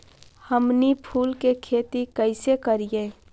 हमनी फूल के खेती काएसे करियय?